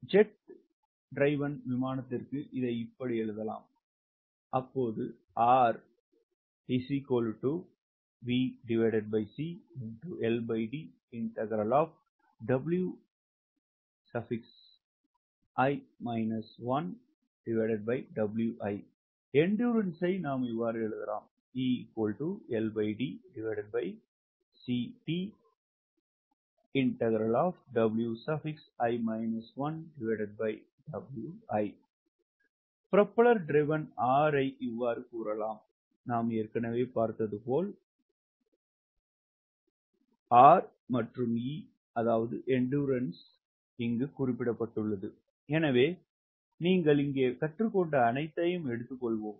jet க்கு இதை இப்படி எழுதலாம் எண்டுறன்ஸ் ஐ இவ்வாறு எழுதலாம் ப்ரொபெல்லர் டிரைவன் R ஐ இவ்வாறு கூறலாம் எண்டுறன்ஸ் ஐ இவ்வாறு எழுதலாம் எனவே நீங்கள் இங்கே கற்றுக்கொண்ட அனைத்தையும் எடுத்து கொள்வோம்